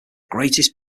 greatest